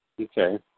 Okay